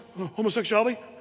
homosexuality